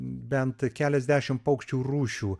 bent keliasdešim paukščių rūšių